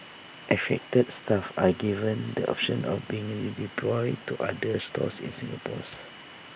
affected staff are given the option of being redeployed to other stores in Singapore's